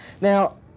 Now